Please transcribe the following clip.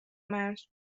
مرج